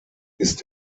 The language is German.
ist